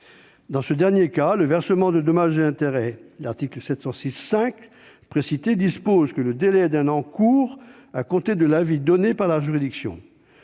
Dans ce dernier cas- le versement de dommages et intérêts -, l'article 706-5 précité dispose que le délai d'un an court à compter de l'avis donné par la juridiction.,